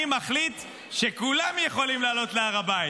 אני מחליט שכולם יכולים לעלות להר הבית.